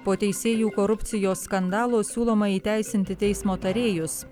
po teisėjų korupcijos skandalo siūloma įteisinti teismo tarėjus